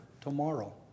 tomorrow